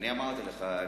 אני אמרתי לך.